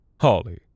Holly